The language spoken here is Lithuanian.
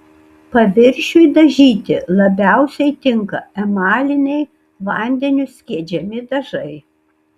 paviršiui dažyti labiausiai tinka emaliniai vandeniu skiedžiami dažai